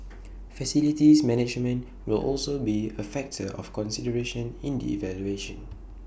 facilities management will also be A factor of consideration in the evaluation